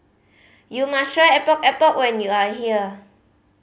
you must try Epok Epok when you are here